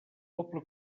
poble